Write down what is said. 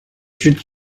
should